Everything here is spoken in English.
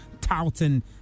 touting